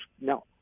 no